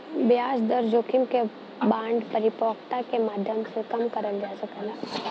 ब्याज दर जोखिम क बांड परिपक्वता के माध्यम से कम करल जा सकला